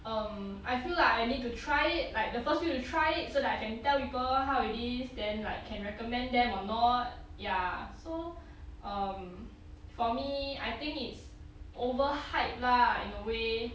um I feel like I need to try it like the first few to try it so that I can tell people how it is then like can recommend them or not ya so um for me I think it's overhype lah in a way